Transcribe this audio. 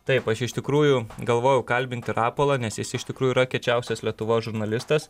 taip aš iš tikrųjų galvojau kalbinti rapolą nes jis iš tikrųjų yra kiečiausias lietuvos žurnalistas